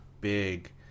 big